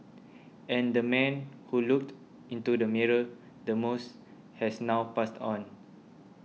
and the man who looked into the mirror the most has now passed on